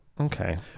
Okay